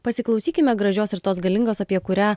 pasiklausykime gražios ir tos galingos apie kurią